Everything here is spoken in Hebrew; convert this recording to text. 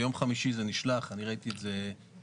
ביום חמישי זה נשלח ואני ראיתי את זה אתמול.